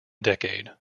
decade